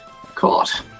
caught